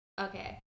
Okay